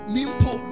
Mimpo